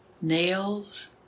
nails